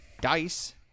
dice